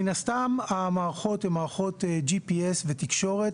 מן הסתם, המערכות הן מערכות GPS ותקשורת.